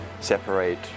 separate